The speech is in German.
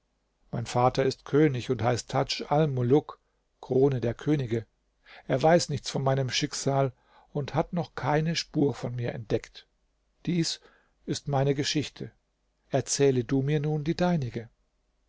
mein vater ist könig und heißt tadj almuluk krone der könige er weiß nichts von meinem schicksal und hat noch keine spur von mir entdeckt dies ist meine geschichte erzähle du mir nun die deinige